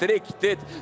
Riktigt